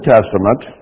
Testament